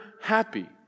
happy